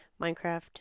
minecraft